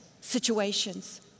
situations